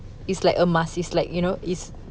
it's like a must it's like you know it's